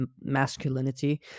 masculinity